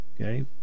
Okay